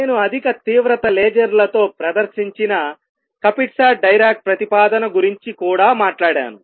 నేను అధిక తీవ్రత లేజర్లతో ప్రదర్శించిన కపిట్సా డైరాక్ ప్రతిపాదన గురించి కూడా మాట్లాడాను